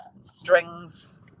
strings